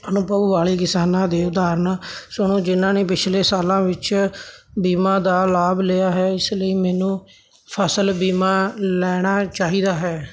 ਅਨੁਭਵ ਵਾਲੇ ਕਿਸਾਨਾਂ ਦੀਆਂ ਉਦਾਹਰਨਾਂ ਸੁਣੋ ਜਿਹਨਾਂ ਨੇ ਪਿਛਲੇ ਸਾਲਾਂ ਵਿੱਚ ਬੀਮੇ ਦਾ ਲਾਭ ਲਿਆ ਹੈ ਇਸ ਲਈ ਮੈਨੂੰ ਫਸਲ ਬੀਮਾ ਲੈਣਾ ਚਾਹੀਦਾ ਹੈ